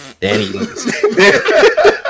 danny